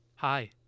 hi